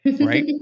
Right